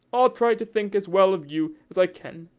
i'll try to think as well of you as i can.